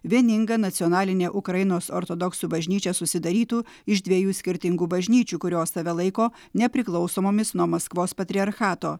vieninga nacionalinė ukrainos ortodoksų bažnyčia susidarytų iš dviejų skirtingų bažnyčių kurios save laiko nepriklausomomis nuo maskvos patriarchato